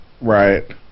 Right